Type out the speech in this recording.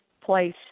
place